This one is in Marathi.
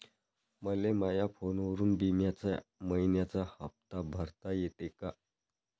मले माया फोनवरून बिम्याचा मइन्याचा हप्ता भरता येते का?